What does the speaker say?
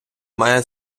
має